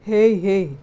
हेय हेय